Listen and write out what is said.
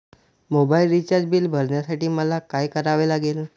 Mobile recharge bill भरण्यासाठी मला काय करावे लागेल?